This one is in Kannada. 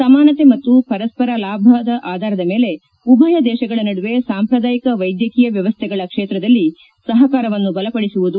ಸಮಾನತೆ ಮತ್ತು ಪರಸ್ಪರ ಲಾಭದ ಆಧಾರದ ಮೇಲೆ ಉಭಯ ದೇಶಗಳ ನಡುವೆ ಸಾಂಪ್ರದಾಯಿಕ ವೈದ್ಯಕೀಯ ವ್ಯವಸ್ಥಗಳ ಕ್ಷೇತ್ರದಲ್ಲಿ ಸಪಕಾರವನ್ನು ಬಲಪಡಿಸುವುದು